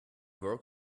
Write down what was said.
work